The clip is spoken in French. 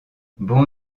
bon